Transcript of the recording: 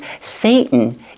Satan